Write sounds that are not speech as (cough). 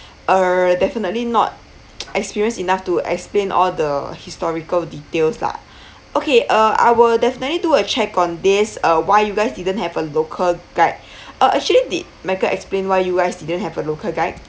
err definitely not (noise) experienced enough to explain all the historical details lah (breath) okay uh I will definitely do a check on this uh why you guys didn't have a local guide uh actually did michael explain why you guys didn't have a local guide